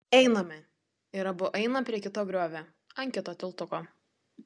einame ir abu eina prie kito griovio ant kito tiltuko